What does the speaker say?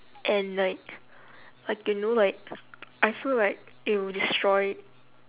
and like like you know like I feel like it will destroy